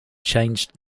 changed